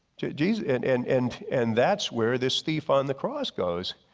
jesus and and and and that's where this thief on the cross goes.